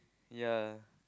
ya